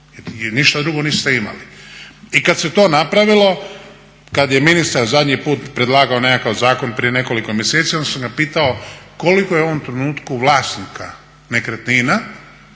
ništa drugo niste imali. I kad se to napravilo, kad je ministar zadnji put predlagao nekakav zakon prije nekoliko mjeseci, onda sam ga pitao koliko je u ovom trenutku vlasnika nekretnina